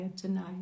tonight